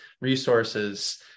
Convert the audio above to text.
resources